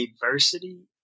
diversity